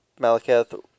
Malaketh